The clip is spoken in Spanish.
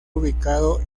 ubicado